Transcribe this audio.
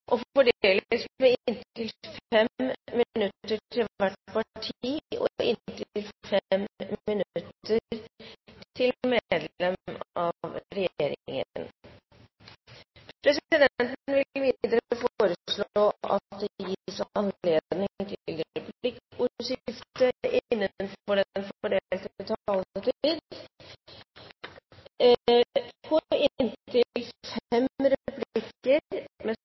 fordeles med inntil 5 minutter til hvert parti og inntil 5 minutter til medlem av regjeringen. Videre vil presidenten foreslå at det gis anledning til replikkordskifte på inntil fem replikker med